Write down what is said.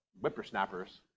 whippersnappers